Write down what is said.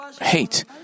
hate